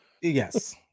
Yes